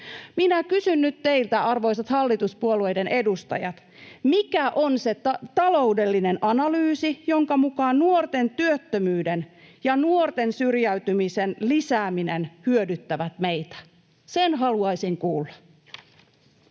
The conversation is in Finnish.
Minä kysyn nyt teiltä, arvoisat hallituspuolueiden edustajat: mikä on se taloudellinen analyysi, jonka mukaan nuorten työttömyyden ja nuorten syrjäytymisen lisääminen hyödyttää meitä? Sen haluaisin kuulla.